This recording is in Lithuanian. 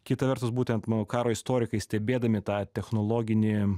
kita vertus būtent manau karo istorikai stebėdami tą technologinį